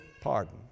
pardon